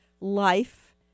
Life